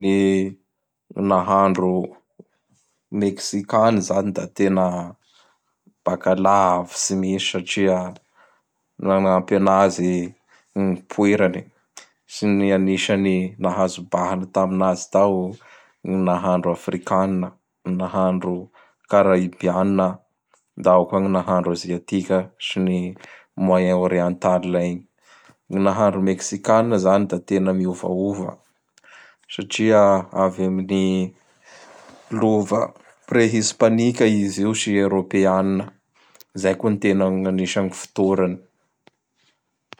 Gny nahandro Meksikany zany da tena baka lavitsy mintsy satria nagnampy anazy gnipoirany sy anisany nahazo bahana taminazy tao gn nahandro Afrikanina, gn nahandro Karaibianina, da ao koa gn nahandro Aziatika sy ny Moyen Oriantala igny. Gn nahandro Meksikanina zany da tena miovaova satria avy amin'ny lova Prehispanika izy io sy Eropeanina. Izay koa gn tena gn'anisan fotorany.